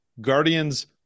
Guardians